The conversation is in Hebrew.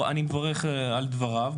אני מברך על דבריו.